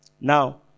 now